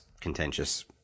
contentious